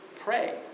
pray